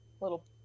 little